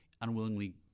unwillingly